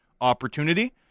opportunity